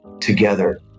together